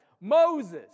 Moses